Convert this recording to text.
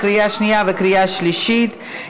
לקריאה שנייה וקריאה שלישית.